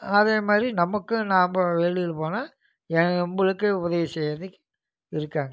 அதேமாதிரி நமக்கும் நாம வெளியில போனால் ஏ எம்பளுக்கு உதவி செய்கிறதுக்கு இருக்காங்க